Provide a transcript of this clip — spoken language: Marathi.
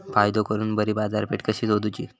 फायदो करून बरी बाजारपेठ कशी सोदुची?